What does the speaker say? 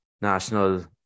national